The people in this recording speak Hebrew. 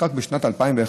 שנחקק בשנת 2001,